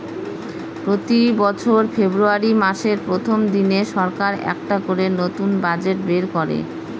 প্রতি বছর ফেব্রুয়ারী মাসের প্রথম দিনে সরকার একটা করে নতুন বাজেট বের করে